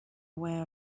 aware